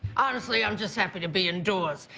honestly i'm just happy to be indoors.